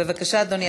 בבקשה, אדוני.